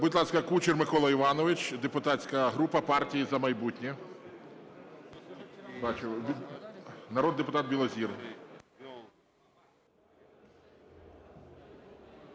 Будь ласка, Кучер Микола Іванович, депутатська група "Партії "За майбутнє". Народний депутат Білозір.